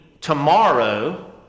tomorrow